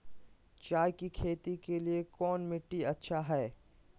चाय की खेती के लिए कौन मिट्टी अच्छा हाय?